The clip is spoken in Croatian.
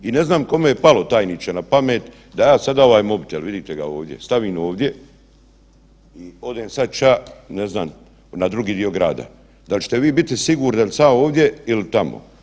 I ne znam kome je palo, tajniče, na pamet da ja sada ovaj mobitel, vidite ga ovdje, stavim ovdje, odem sad ća, ne znam, na drugi dio grada, da li ćete vi biti sigurni jel sam ja ovdje il tamo?